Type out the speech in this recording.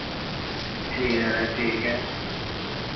ठीक दादा ठीक है